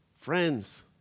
friends